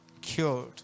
cured